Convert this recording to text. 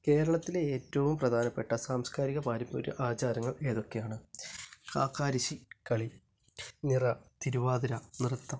കേരളത്തിലെ ഏറ്റവും പ്രധാനപ്പെട്ട സാംസ്കാരിക പാരമ്പര്യ ആചാരങ്ങൾ ഏതൊക്കെയാണ് കാക്കാരശ്ശി കളി നിറ തിരുവാതിര നൃത്തം